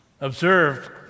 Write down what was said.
observed